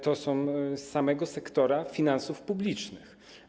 To z samego sektora finansów publicznych.